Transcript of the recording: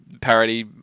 parody